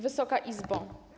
Wysoka Izbo!